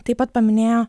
taip pat paminėjo